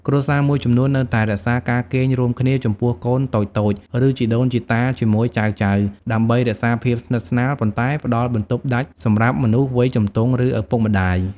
គ្រួសារមួយចំនួននៅតែរក្សាការគេងរួមគ្នាចំពោះកូនតូចៗ ឬជីដូនជីតាជាមួយចៅៗ ដើម្បីរក្សាភាពស្និទ្ធស្នាល ប៉ុន្តែផ្តល់បន្ទប់ដាច់សម្រាប់មនុស្សវ័យជំទង់ ឬឪពុកម្តាយ។